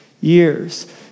years